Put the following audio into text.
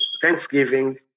Thanksgiving